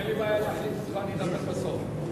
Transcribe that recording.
אין לי בעיה להחליף אותך, אני אדבר לקראת הסוף.